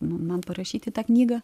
man parašyti tą knygą